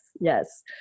Yes